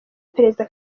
perezida